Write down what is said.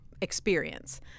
experience